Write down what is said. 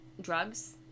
drugs